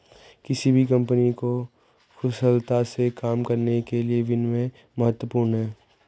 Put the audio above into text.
किसी भी कंपनी को कुशलता से काम करने के लिए विनियम महत्वपूर्ण हैं